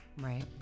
right